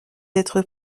être